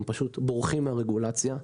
הם פשוט בורחים מהרגולציה.